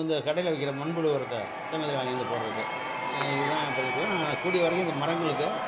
இந்தக் கடையில் விற்கிற மண்புழு உரத்த சமயத்தில் வாங்கியாந்து போடுறது இது தான் பண்ணிட்டிருக்கோம் ஆனால் கூடிய வரைக்கும் இந்த மரங்களுக்கு